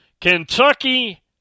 Kentucky